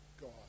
God